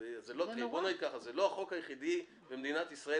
בוא נגיד שזה לא החוק היחיד במדינת ישראל